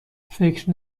فکر